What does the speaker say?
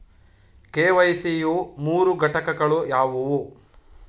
KYC ಯ ಮೂರು ಘಟಕಗಳು ಯಾವುವು?